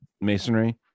masonry